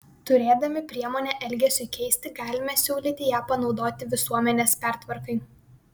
turėdami priemonę elgesiui keisti galime siūlyti ją panaudoti visuomenės pertvarkai